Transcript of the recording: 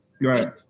Right